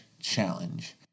challenge